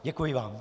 Děkuji vám.